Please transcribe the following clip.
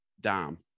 dom